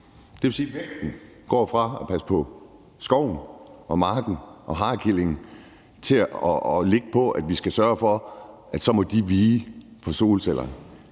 Det vil sige, at vægten går fra at være på at passe på skoven og marken og harekillingen til at være på, at vi skal sørge for, at de så må vige for solceller.